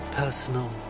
personal